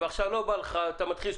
איך זה